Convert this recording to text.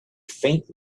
faint